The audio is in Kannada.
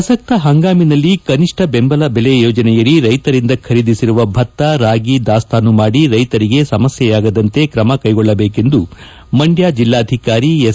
ಪ್ರಸಕ್ತ ಪಂಗಾಮಿನಲ್ಲಿ ಕನಿಷ್ಠ ಬೆಂಬಲ ಯೋಜನೆಯಡಿ ರೈತರಿಂದ ಖರೀದಿಸಿರುವ ಭತ್ತ ರಾಗಿ ದಾಸ್ನಾನು ಮಾಡಿ ರೈತರಿಗೆ ಸಮಸ್ನೆಯಾಗದಂತೆ ಕ್ರಮ ಕೈಗೊಳ್ಬಬೇಕೆಂದು ಮಂಡ್ಲ ಜಿಲ್ಲಾಧಿಕಾರಿ ಎಸ್